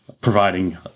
providing